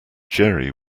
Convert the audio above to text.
jerry